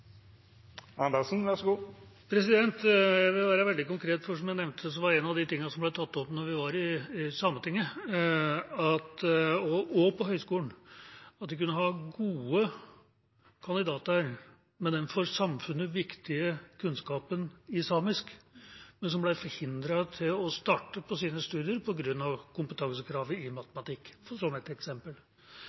Jeg vil være veldig konkret. Som jeg nevnte, var en av de tingene som ble tatt opp da vi var i Sametinget og på høyskolen, at de kunne ha gode kandidater med den for samfunnet viktige kunnskapen i samisk, men som ble forhindret i å starte på sine studier på grunn av kompetansekravet i matematikk – som et eksempel.